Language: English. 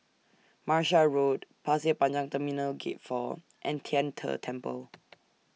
Martia Road Pasir Panjang Terminal Gate four and Tian Te Temple